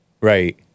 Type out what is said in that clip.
Right